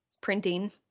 printing